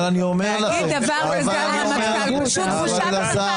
להגיד דבר כזה על רמטכ"ל, פשוט בושה וחרפה.